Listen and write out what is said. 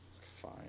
Fine